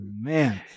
man